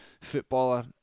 footballer